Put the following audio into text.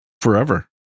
forever